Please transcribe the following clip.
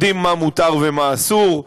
יודעים מה מותר ומה אסור.